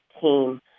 team